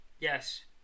Yes